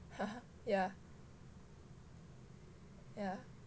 ha ha yeah yeah